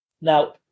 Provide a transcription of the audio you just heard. Now